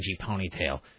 ponytail